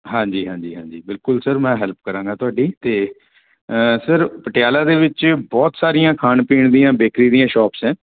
ਹਾਂਜੀ ਹਾਂਜੀ ਹਾਂਜੀ ਬਿਲਕੁਲ ਸਰ ਮੈਂ ਹੈਲਪ ਕਰਾਂਗਾ ਤੁਹਾਡੀ ਅਤੇ ਸਰ ਪਟਿਆਲਾ ਦੇ ਵਿੱਚ ਬਹੁਤ ਸਾਰੀਆਂ ਖਾਣ ਪੀਣ ਦੀਆਂ ਬੇਕਰੀ ਦੀਆਂ ਸ਼ੋਪਸ ਹੈ